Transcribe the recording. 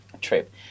trip